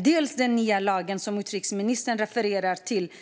Det gäller den nya lag som utrikesministern refererar till